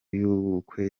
y’ubukwe